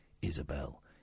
Isabel